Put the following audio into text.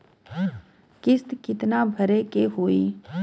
किस्त कितना भरे के होइ?